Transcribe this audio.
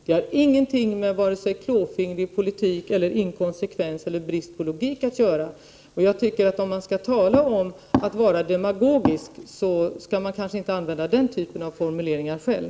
Det har ingenting att göra med klåfingrig politik, inkonsekvens eller bristande logik. Jag tycker att om man skall tala om att vara demagogisk, skall man kanske inte använda den typen av formuleringar själv.